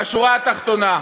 בשורה התחתונה,